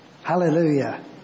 Hallelujah